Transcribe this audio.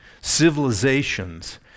civilizations